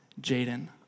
Jaden